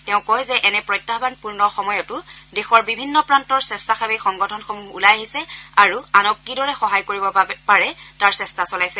তেওঁ কয় যে এনে প্ৰত্যাহ্বানপূৰ্ণ সময়তো দেশৰ বিভিন্ন প্ৰান্তৰ স্বেচ্ছাসেৱী সংগঠনসমূহ ওলাই আহিছে আৰু আনক কি দৰে সহায় কৰিব পাৰে তাৰ চেষ্টা চলাইছে